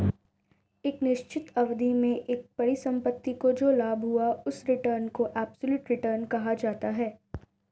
एक निश्चित अवधि में एक परिसंपत्ति को जो लाभ हुआ उस रिटर्न को एबसोल्यूट रिटर्न कहा जाता है